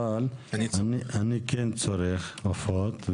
אבל אני כן צורך עופות.